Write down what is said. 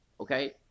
Okay